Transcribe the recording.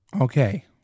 Okay